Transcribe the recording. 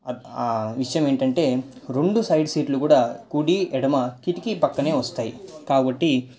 విషయం ఏందంటే రెండు సైడ్ సీట్లు కూడా కుడి ఎడమ కిటికీ పక్కనే వస్తాయి కాబట్టి